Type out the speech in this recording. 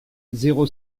zéro